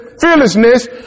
fearlessness